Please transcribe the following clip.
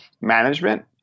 management